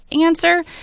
answer